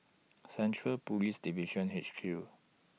Central Police Division H Q